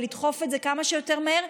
ולדחוף את זה כמה שיותר מהר,